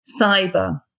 cyber